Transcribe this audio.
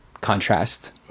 contrast